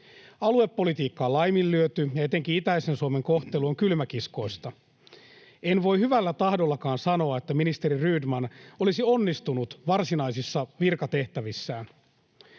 Aluepolitiikka on laiminlyöty, ja etenkin itäisen Suomen kohtelu on kylmäkiskoista. En voi hyvällä tahdollakaan sanoa, että ministeri Rydman olisi onnistunut varsinaisissa virkatehtävissään.